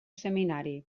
seminari